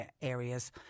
areas